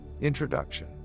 INTRODUCTION